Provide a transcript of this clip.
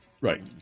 right